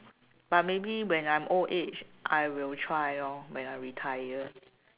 but maybe when I'm old aged I will try lor when I retire